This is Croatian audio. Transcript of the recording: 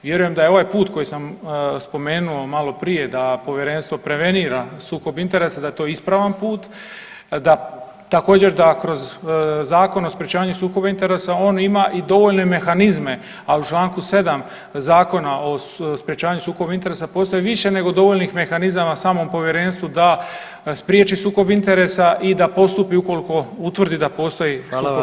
Vjerujem da je ovaj put koji sam spomenuo malo prije, da povjerenstvo prevenira sukob interesa da je to ispravan put, da, također da kroz Zakon o sprječavanju sukoba interesa on ima i dovoljne mehanizme, a u Članku 7. Zakona o sprječavanju sukoba interesa postoji više nego dovoljnih mehanizama samom povjerenstvu da spriječi sukob interesa i da postupi ukoliko utvrdi da postoji sukob interesa.